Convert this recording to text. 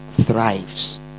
thrives